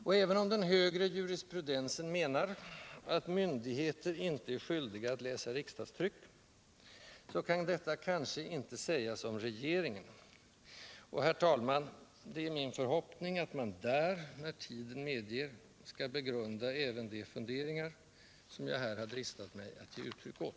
Och även om den högre jurisprudensen menar, att myndigheter inte är skyldiga att läsa riksdagstryck, så kan detta kanske inte sägas om regeringen, och, herr talman, det är min förhoppning att man där, när tiden medger, skall begrunda även de funderingar som jag här har dristat mig att ge uttryck åt.